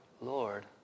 Lord